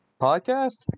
Podcast